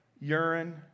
urine